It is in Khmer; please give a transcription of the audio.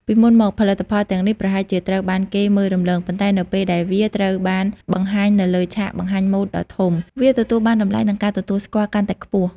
ពីមុនមក ផលិតផលទាំងនេះប្រហែលជាត្រូវបានគេមើលរំលង ប៉ុន្តែនៅពេលដែលវាត្រូវបានបង្ហាញនៅលើឆាកបង្ហាញម៉ូដដ៏ធំ វាទទួលបានតម្លៃ និងការទទួលស្គាល់កាន់តែខ្ពស់។